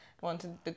wanted